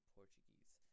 Portuguese